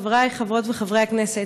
חברי חברות וחברי הכנסת,